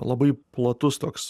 labai platus toks